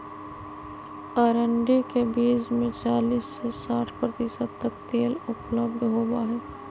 अरंडी के बीज में चालीस से साठ प्रतिशत तक तेल उपलब्ध होबा हई